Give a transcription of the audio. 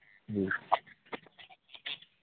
ꯎꯝ